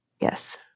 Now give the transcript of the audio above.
Yes